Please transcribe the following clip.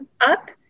up